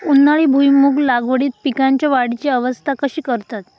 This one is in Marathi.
उन्हाळी भुईमूग लागवडीत पीकांच्या वाढीची अवस्था कशी करतत?